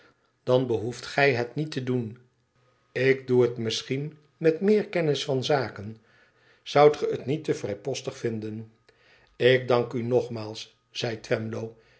dan behoeft gij het niet te doen ik doe het misschien met meer kennis van zaken zoudt ge het niet te vrijpostig vinden lik dank u nogmaals zei